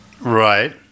Right